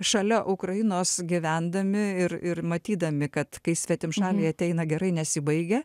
šalia ukrainos gyvendami ir ir matydami kad kai svetimšaliai ateina gerai nesibaigia